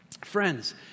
Friends